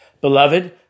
Beloved